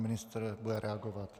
Pan ministr bude reagovat.